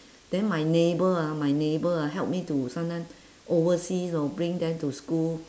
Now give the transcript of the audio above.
then my neighbour ah my neighbour ah help me to sometime oversee or bring them to school